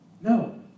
No